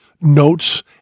notes